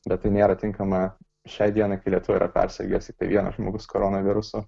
bet tai nėra tinkama šiai dienai kai lietuvoj yra persirgęs tik tai vienas žmogus koronavirusu